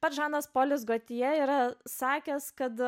pats žanas polis gotje yra sakęs kad